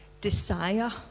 desire